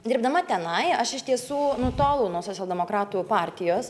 dirbdama tenai aš iš tiesų nutolau nuo socialdemokratų partijos